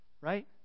Right